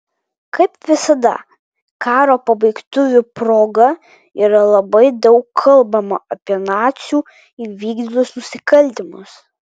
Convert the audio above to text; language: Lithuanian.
kaip visada karo pabaigtuvių proga yra labai daug kalbama apie nacių įvykdytus nusikaltimus